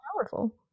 powerful